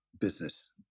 business